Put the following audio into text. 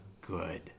Good